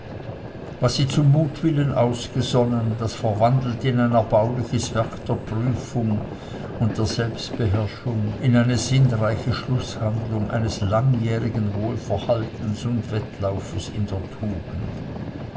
was sie zum mutwillen ausgesonnen das verwandelt in ein erbauliches werk der prüfung und der selbstbeherrschung in eine sinnreiche schlußhandlung eines langjährigen wohlverhaltens und wettlaufes in der tugend